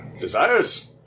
Desires